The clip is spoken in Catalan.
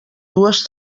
dues